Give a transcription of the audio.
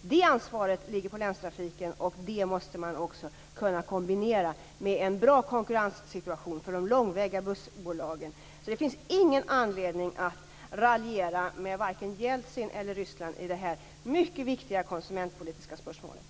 Det ansvaret ligger på länstrafiken, och det måste kunna kombineras med en bra konkurrenssituation för de långväga bussbolagen. Det finns ingen anledning att raljera med vare sig Jeltsin eller Ryssland i det här mycket viktiga konsumentpolitiska spörsmålet.